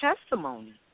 testimony